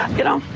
you know,